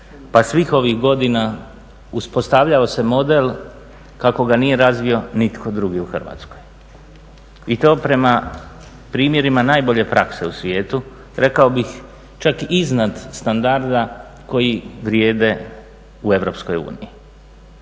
pa svih ovih godina uspostavljao se model kako ga nije razvio nitko drugi u Hrvatskoj i to prema primjerima najbolje prakse u svijetu, rekao bih čak iznad standarda koji vrijede u EU. Kad je